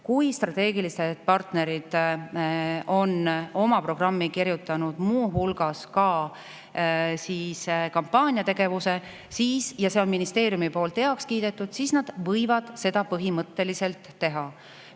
Kui strateegilised partnerid on oma programmi kirjutanud muu hulgas ka kampaaniategevuse ja see on ministeeriumi poolt heaks kiidetud, siis nad võivad seda põhimõtteliselt teha.